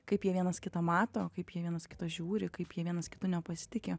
kaip jie vienas kitą mato kaip jie vienas į kitą žiūri kaip jie vienas kitu nepasitiki